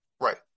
Right